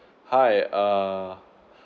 hi err